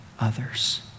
others